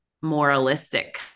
moralistic